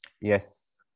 Yes